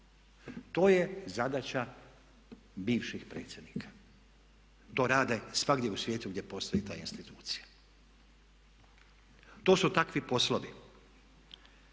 To je zadaća bivših predsjednika. To rade svagdje u svijetu gdje postoji ta institucija. To su takvi poslovi.